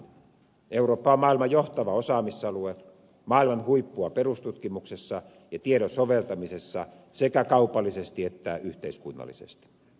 eurooppa on maailman johtava osaamisalue maailman huippua perustutkimuksessa ja tiedon soveltamisessa sekä kaupallisesti että yhteiskunnallisesti